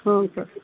ಹ್ಞೂ ಸರ್